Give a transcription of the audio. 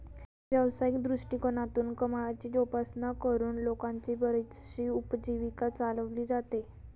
व्यावसायिक दृष्टिकोनातून कमळाची जोपासना करून लोकांची बरीचशी उपजीविका चालवली जाते